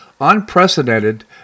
unprecedented